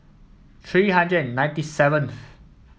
three hundred and ninety seventh